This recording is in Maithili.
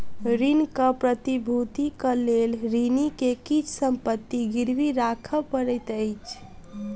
ऋणक प्रतिभूतिक लेल ऋणी के किछ संपत्ति गिरवी राखअ पड़ैत अछि